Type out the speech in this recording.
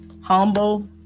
humble